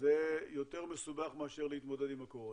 זה יותר מסובך מאשר להתמודד עם הקורונה.